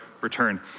return